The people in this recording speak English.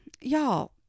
Y'all